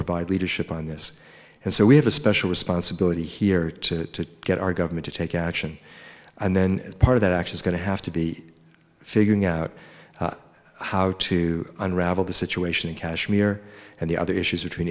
provide leadership on this and so we have a special responsibility here to get our government to take action and then part of that action is going to have to be figuring out how to unravel the situation in kashmir and the other issues between